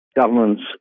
governments